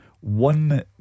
One